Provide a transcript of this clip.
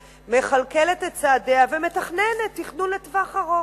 מכלכלת את צעדיה ומתכננת תכנון לטווח ארוך,